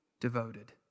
devoted